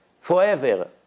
forever